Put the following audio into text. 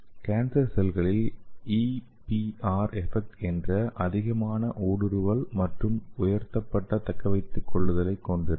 cancer செல்களில் EPR effect என்ற அதிகமான ஊடுருவல் மற்றும் உயர்த்தப்பட்ட தக்கவைத்து கொள்ளுதலை கொண்டிருக்கும்